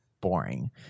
boring